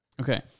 Okay